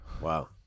Wow